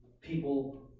people